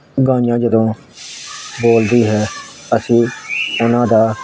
ਗਾਈਆਂ ਜਦੋਂ ਬੋਲਦੀ ਹੈ ਅਸੀਂ ਉਹਨਾਂ ਦਾ